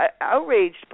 outraged